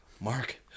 Mark